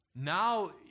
Now